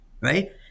right